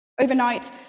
Overnight